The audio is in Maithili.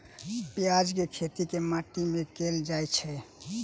प्याज केँ खेती केँ माटि मे कैल जाएँ छैय?